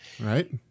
right